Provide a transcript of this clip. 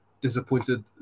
disappointed